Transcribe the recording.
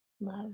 love